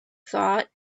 thought